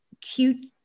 cute